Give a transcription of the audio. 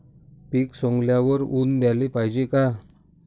पीक सवंगल्यावर ऊन द्याले पायजे का?